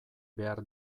behar